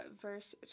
verse